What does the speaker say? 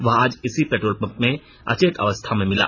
वह आज इसी पेट्रोल पंप में अचेत अवस्था में मिला